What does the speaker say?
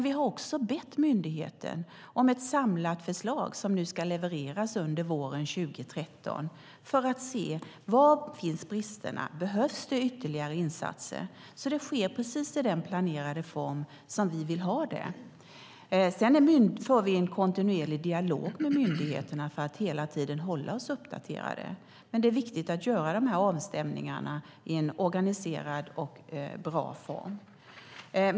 Vi har också bett myndigheten om ett samlat förslag, som nu ska levereras under våren 2013, för att se var bristerna finns och om det behövs ytterligare insatser. Det sker i den planerade form som vi vill ha det. Vi för en kontinuerlig dialog med myndigheterna för att hela tiden hålla oss uppdaterade. Men det är viktigt att göra de här avstämningarna i en organiserad och bra form.